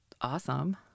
awesome